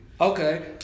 Okay